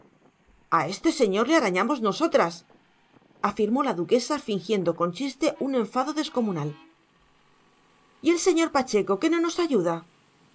a este señor le arañamos nosotras afirmó la duquesa fingiendo con chiste un enfado descomunal y el señor pacheco que no nos ayuda